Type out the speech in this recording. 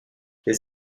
des